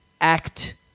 act